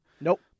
Nope